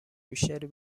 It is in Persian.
بیشتری